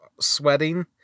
sweating